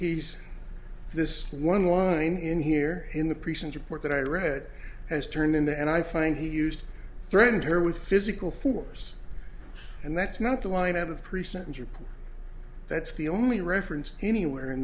he's this one line in here in the prisons report that i read has turned into and i find he used threatened her with physical force and that's not the line of precentor that's the only reference anywhere in